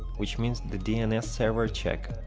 which means the dns server check.